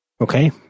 Okay